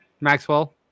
Maxwell